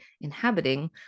inhabiting